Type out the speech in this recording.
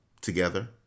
together